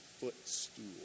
footstool